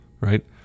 right